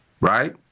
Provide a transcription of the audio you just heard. Right